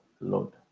Lord